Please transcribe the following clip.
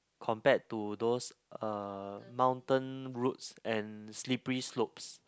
compared to those uh mountain routes and slippery slopes